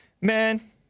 Man